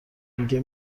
میگه